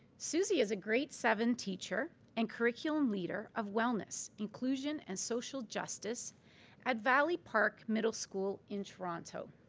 susie is a grade seven teacher and curriculum leader of wellness, inclusion and social justice at valley park middle school in toronto.